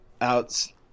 Outs